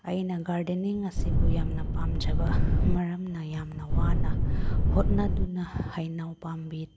ꯑꯩꯅ ꯒꯥꯔꯗꯦꯅꯤꯡ ꯑꯁꯤꯕꯨ ꯌꯥꯝꯅ ꯄꯥꯝꯖꯕ ꯃꯔꯝꯅ ꯌꯥꯝꯅ ꯋꯥꯅ ꯍꯣꯠꯅꯗꯨꯅ ꯍꯩꯅꯧ ꯄꯥꯝꯕꯤ